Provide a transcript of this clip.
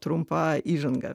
trumpa įžanga